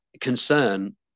concern